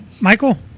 Michael